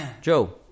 Joe